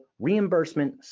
reimbursement